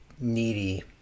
needy